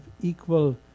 equal